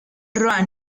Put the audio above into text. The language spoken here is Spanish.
ruan